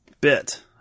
bit